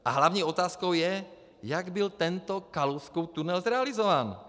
A hlavní otázkou je, jak byl tento Kalouskův tunel zrealizován.